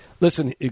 listen